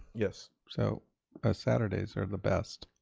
yes. so ah saturdays are the best.